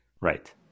Right